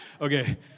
Okay